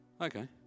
okay